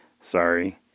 Sorry